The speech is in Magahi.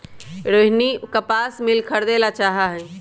रोहिनी कपास मिल खरीदे ला चाहा हई